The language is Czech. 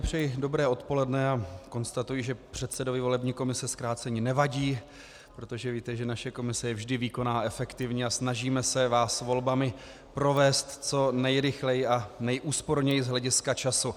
Přeji dobré odpoledne a konstatuji, že předsedovi volební komise zkrácení nevadí, protože víte, že naše komise je vždy výkonná a efektivní, snažíme se vás volbami provést co nejrychleji a nejúsporněji z hlediska času.